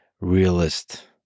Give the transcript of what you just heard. realist